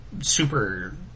super